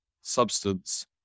substance